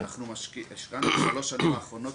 השקענו בשלוש השנים האחרונות,